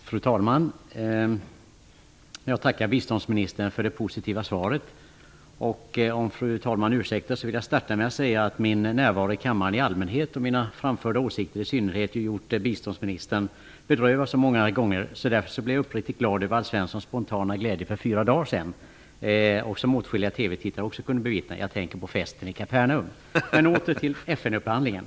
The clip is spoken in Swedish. Fru talman! Jag tackar biståndsministern för det positiva svaret. Jag vill börja med att säga att min närvaro i kammaren i allmänhet och mina framförda åsikter i synnerhet har många gånger gjort biståndsministern bedrövad. Därför blev jag uppriktigt glad över Alf Svenssons spontana glädje för fyra dagar sedan, som också åtskilliga TV tittare kunde bevittna. Jag tänker då på festen i Åter till FN-upphandlingen.